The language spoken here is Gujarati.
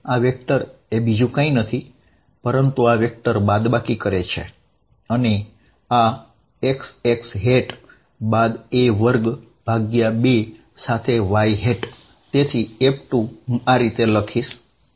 આ વેંક્ટર x x છે જે x xa2 y થશે